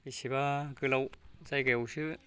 बेसेबा गोलाव जायगायावसो